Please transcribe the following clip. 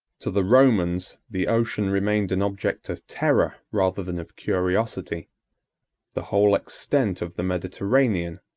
to the romans the ocean remained an object of terror rather than of curiosity the whole extent of the mediterranean,